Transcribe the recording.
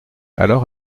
alors